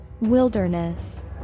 wilderness